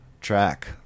track